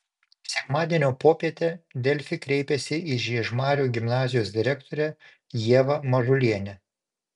sekmadienio popietę delfi kreipėsi į žiežmarių gimnazijos direktorę ievą mažulienę